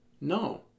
No